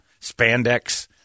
spandex